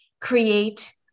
create